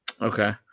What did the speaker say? Okay